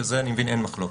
על זה אני מבין אין מחלוקת.